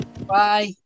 Bye